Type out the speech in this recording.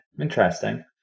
Interesting